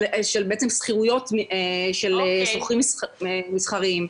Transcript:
של שכירויות של שוכרים מסחריים.